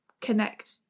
connect